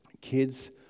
kids